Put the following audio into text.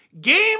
Game